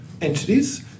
entities